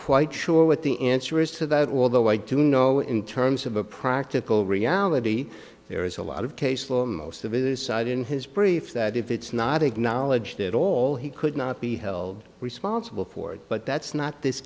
quite sure what the answer is to that although i do know in terms of a practical reality there is a lot of case law in most of it aside in his brief that if it's not acknowledged at all he could not be held responsible for it but that's not this